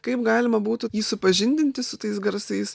kaip galima būtų jį supažindinti su tais garsais